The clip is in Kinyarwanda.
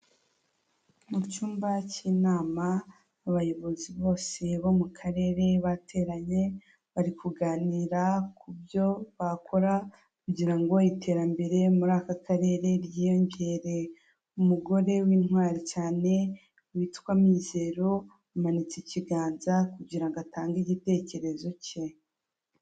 Mu cyumba cy'inama abayobozi bose bo mu karere bateranye bari kuganira ku byo bakora kugira ngo iterambere muri aka karere ryiyongere, umugore w'intwari cyane witwa Mizero amanitse ikiganza kugira ngo atange igitekerezo cye.